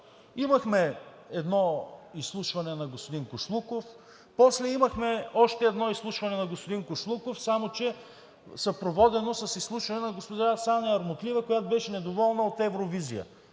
Имахме едно изслушване на господин Кошлуков, после имахме още едно изслушване на господин Кошлуков, само че съпроводено с изслушване на госпожа Саня Армутлиева, която беше недоволна от Евровизия.